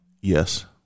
Yes